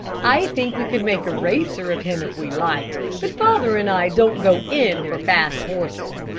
i think we could make a racer of him if we liked, but father and i don't go in for fast horses.